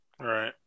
right